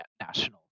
national